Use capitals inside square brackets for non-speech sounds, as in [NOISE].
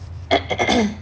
[COUGHS]